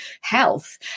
health